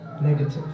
negative